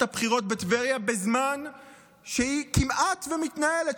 הבחירות בטבריה בזמן שהיא כמעט ומתנהלת.